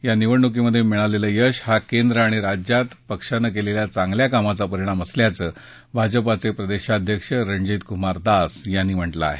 या निवडणुकीत मिळालेलं यश हा केंद्र आणि राज्यात पक्षानं केलेल्या चांगल्या कामाचा परिणाम असल्याचं भाजपाचे प्रदेशाध्यक्ष रणजित कुमार दास यांनी म्हटलं आहे